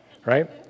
right